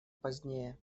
позднее